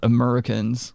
Americans